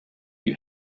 you